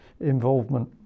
involvement